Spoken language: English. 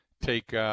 take, –